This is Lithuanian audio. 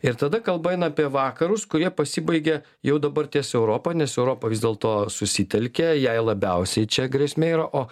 ir tada kalba eina apie vakarus kurie pasibaigė jau dabar ties europa nes europa vis dėlto susitelkė jai labiausiai čia grėsmė yra o